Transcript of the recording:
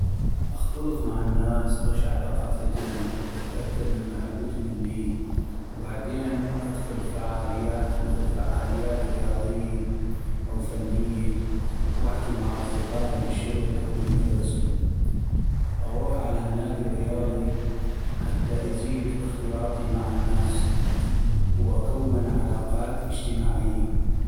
اختلط مع الناس اغشع ثقافتم واتاكد من محبتم اللي ، وبعدين ادخل بفعاليات مثل فعاليات رياضيي أو فنيي واحكي مع اصدقائي بالشغل أو بالمدرسي ، اغوح على نادي رياضي حتى يزيد اختلاطي مع الناس واكون علاقات اجتماعيي.